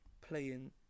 playing